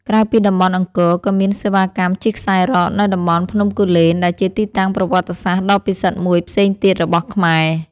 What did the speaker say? ក្រៅពីតំបន់អង្គរ ក៏មានសេវាកម្មជិះខ្សែរ៉កនៅតំបន់ភ្នំគូលែន ដែលជាទីតាំងប្រវត្តិសាស្ត្រដ៏ពិសិដ្ឋមួយផ្សេងទៀតរបស់ខ្មែរ។